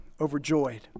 overjoyed